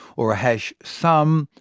or a hash sum,